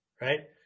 right